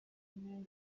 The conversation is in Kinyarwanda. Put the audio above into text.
uyu